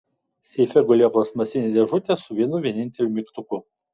seife gulėjo plastmasinė dėžutė su vienu vieninteliu mygtuku